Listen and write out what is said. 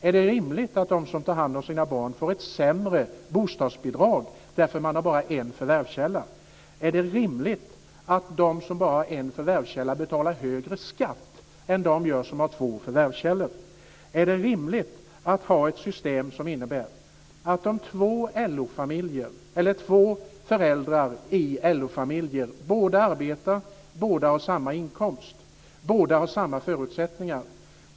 Är det rimligt att de som tar hand om sina barn får ett sämre bostadsbidrag därför att de har bara en förvärvskälla? Är det rimligt att de som bara har en förvärvskälla betalar högre skatt än de gör som har två förvärvskällor? Är det rimligt att ha ett system som innebär följande för två föräldrar i LO-familjer - båda arbetar och båda har samma inkomst och samma förutsättningar?